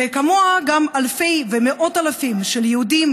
וכמוה גם אלפים ומאות אלפים של יהודים,